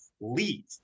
Leave